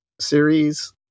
series